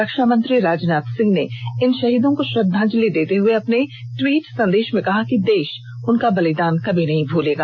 रक्षा मंत्री राजनाथ सिंह ने इन शहीदों को श्रद्वाजलि देते हुए अपने ट्वीट संदेश में कहा कि देश उनका बलिदान कभी नहीं भूलेगा